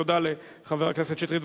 תודה לחבר הכנסת שטרית.